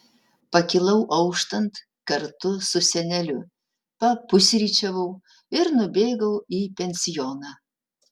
pakilau auštant kartu su seneliu papusryčiavau ir nubėgau į pensioną